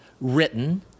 written